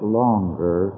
longer